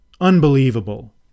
Unbelievable